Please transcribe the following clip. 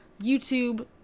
YouTube